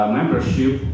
membership